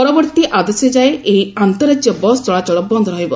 ପରବର୍ତୀ ଆଦେଶ ଯାଏ ଏହି ଆନ୍ତଃ ରାଜ୍ୟ ବସ ଚଳାଚଳ ବନ୍ଦ ରହିବ